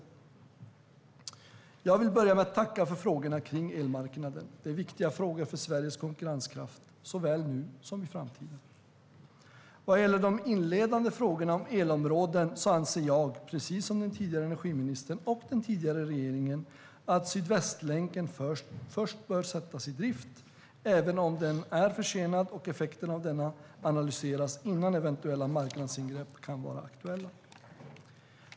Jag vill börja med att tacka för frågorna kring elmarknaden. Det är viktiga frågor för Sveriges konkurrenskraft, såväl nu som i framtiden. Vad gäller de inledande frågorna om elområden anser jag, precis som den tidigare energiministern och den tidigare regeringen, att Sydvästlänken först bör sättas i drift, även om den är försenad, och effekterna av denna analyseras innan eventuella marknadsingrepp kan vara aktuella.